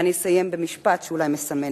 ואסיים במשפט, שאולי מסמן,